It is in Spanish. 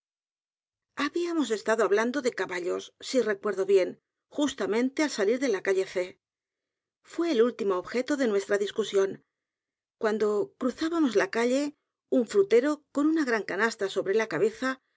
habíamos estado hablando de caballos si recuerdo bien justamente al salir de la calle c f u é el último objeto de nuestra discusión guando cruzábamos la calle un frutero con una gran canasta sobre la cabeza